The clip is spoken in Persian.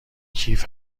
کیف